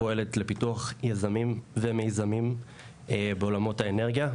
הפועלת לפיתוח יזמים ומיזמים בעולמות האנרגיה,